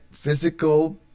physical